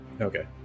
Okay